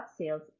sales